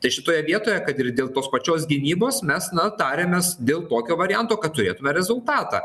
tai šitoje vietoje kad ir dėl tos pačios gynybos mes na tarėmės dėl tokio varianto kad turėtume rezultatą